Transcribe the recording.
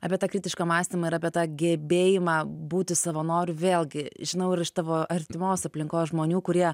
apie tą kritišką mąstymą ir apie tą gebėjimą būti savanoriu vėlgi žinau ir iš tavo artimos aplinkos žmonių kurie